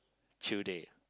chill date